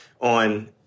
on